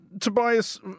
Tobias